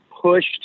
pushed